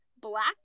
Black